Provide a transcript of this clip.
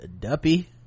duppy